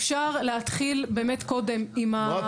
אפשר להתחיל באמת קודם עם, עמלות.